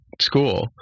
school